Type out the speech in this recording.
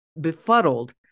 befuddled